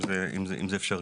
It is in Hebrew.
אם זה אפשרי.